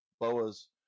boas